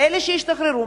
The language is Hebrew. ואלה שהשתחררו?